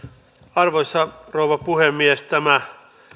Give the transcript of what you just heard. arvoisa rouva puhemies tämä